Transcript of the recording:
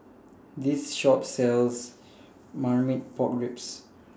This Shop sells Marmite Pork Ribs